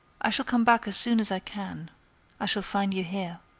i shall come back as soon as i can i shall find you here.